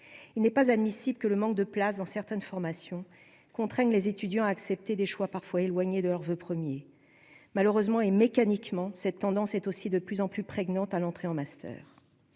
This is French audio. il n'est pas admissible que le manque de places dans certaines formations contraignent les étudiants à accepter des choix parfois éloignés de leurs voeux 1er malheureusement et mécaniquement, cette tendance est aussi de plus en plus prégnante à l'entrée en master